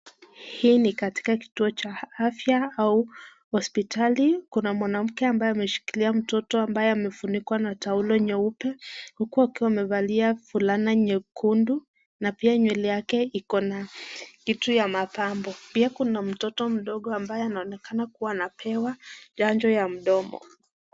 Hii ni katika kituo cha afya au hospitali. Kuna mwanamke ameshikilia mtoto ambaye amefunikwa na taulo nyeupe huku akiwa amevalia fulana nyekundu na pia nywele yake iko na kitu ya mapambo. Pia kuna mtoto mdogo ambaye anaonekana kuwa anapewa chanjo ya mdomo.